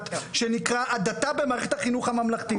שנקרא "הדתה במערכת החינוך הממלכתית".